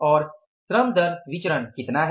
और श्रम दर विचरण कितना है